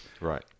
Right